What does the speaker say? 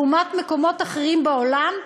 לעומת מקומות אחרים בעולם,